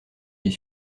vit